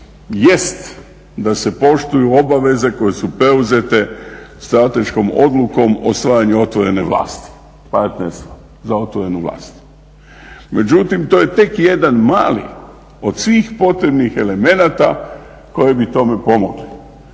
jest da se poštuju obveze koje su preuzete strateškom odlukom o stvaranju otvorene vlasti, partnerstva za otvorenu vlast, međutim to je tek jedan mali od svih potrebnih elemenata koji bi tome pomogli,